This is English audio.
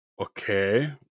Okay